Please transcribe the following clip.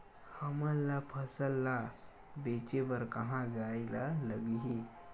हमन ला फसल ला बेचे बर कहां जाये ला लगही?